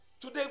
today